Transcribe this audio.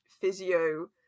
physio